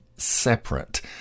separate